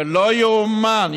ולא יאומן,